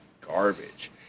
garbage